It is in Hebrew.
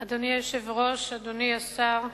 אדוני היושב-ראש, אדוני השר,